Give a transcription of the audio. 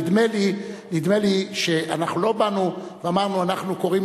נדמה לי שלא באנו ואמרנו שאנחנו קוראים